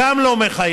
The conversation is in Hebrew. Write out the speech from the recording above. גם זה לא מחייב,